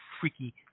freaky